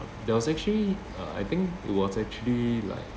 there was actually uh I think it was actually like